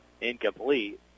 Incomplete